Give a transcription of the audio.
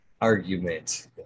argument